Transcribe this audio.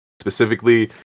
Specifically